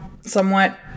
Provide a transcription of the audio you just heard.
somewhat